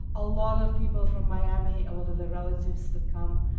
a lot of people from miami, a lot of their relatives that come.